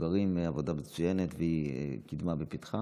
המבוגרים עבודה מצוינת, והיא קידמה ופיתחה.